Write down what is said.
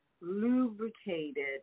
lubricated